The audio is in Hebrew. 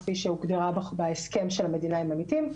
כפי שהוגדרה בהסכם של המדינה עם עמיתים.